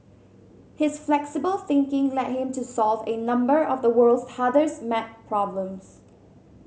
his flexible thinking led him to solve a number of the world's hardest maths problems